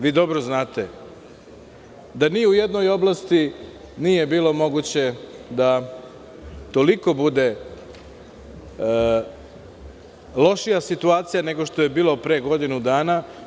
Vi dobro znate, da ni u jednom oblasti nije bilo moguće da toliko bude lošija situacija nego što je bilo pre godinu dana.